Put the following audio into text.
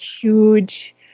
huge